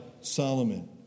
Solomon